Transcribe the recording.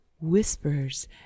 whispers